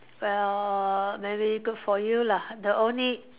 well maybe good for you lah the only